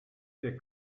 der